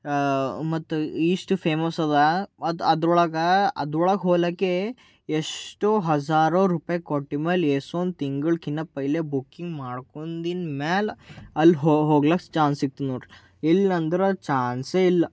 ಮತ್ತು ಇಷ್ಟು ಫೇಮಸ್ ಇದೆ ಅದರೊಳಗೆ ಅದ್ರೊಳಗೆ ಹೋಗೊಕ್ಕೇ ಎಷ್ಟು ಹಝಾರೋ ರೂಪಾಯಿ ಕೊಟ್ಟು ಮೇಲೆ ಎಷ್ಟು ಒಂದು ತಿಂಗಳ್ಗಿಂತ ಪೈಲೇ ಬುಕ್ಕಿಂಗ್ ಮಾಡ್ಕೊಂಡಿದ್ದು ಮೇಲೆ ಅಲ್ಲಿ ಹೋಗಲಿಕ್ಕೆ ಚ್ಯಾನ್ಸ್ ಸಿಗ್ತದೆ ನೋಡಿರಿ ಇಲ್ಲ ಅಂದ್ರೆ ಚ್ಯಾನ್ಸೇ ಇಲ್ಲ